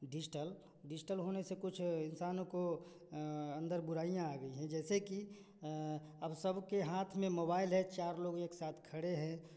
digital digital होने से कुछ इंसानों को अन्दर बुराइयाँ आ गई हैं जैसे कि अब सबके हाथ में मोबाइल है चार लोग एक साथ खड़े हैं